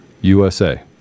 USA